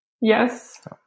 Yes